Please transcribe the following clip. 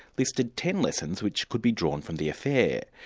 listed ten lessons which could be drawn from the affair.